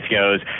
goes